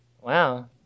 Wow